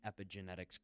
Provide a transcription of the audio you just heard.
epigenetics